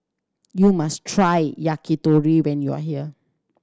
you must try Yakitori when you are here